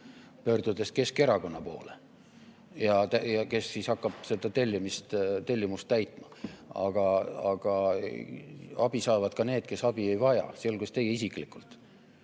pöördudes Keskerakonna poole, kes siis hakkab seda tellimust täitma, aga abi saavad ka need, kes abi ei vaja, sealhulgas teie isiklikult.